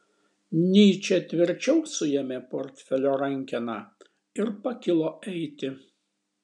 nyčė tvirčiau suėmė portfelio rankeną ir pakilo eiti